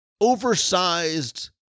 oversized